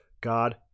God